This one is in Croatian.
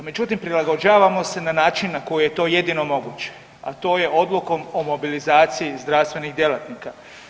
Međutim, prilagođavamo se na način na koji je to jedino moguće, a to je odlukom o mobilizaciji zdravstvenih djelatnika.